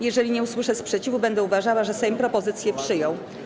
Jeżeli nie usłyszę sprzeciwu, będę uważała, że Sejm propozycję przyjął.